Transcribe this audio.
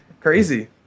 Crazy